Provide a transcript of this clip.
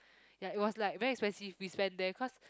ya it was like very expensive we spent there cause